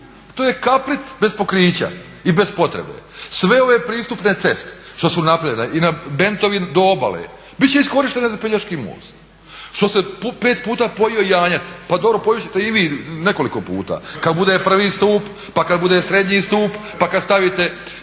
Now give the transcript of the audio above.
To je kapric bez pokrića i bez potrebe. Sve ove pristupne ceste što su napravljeni i bentovi do obale bit će iskorištene za Pelješki most. Što se pet puta pojeo janjac, pa dobro pojest ćete i vi nekoliko puta kad bude prvi stup pa kad bude srednji stup pa kad stavite